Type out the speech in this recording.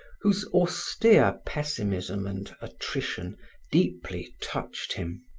whose austere pessimism and attrition deeply touched him.